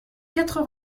quatre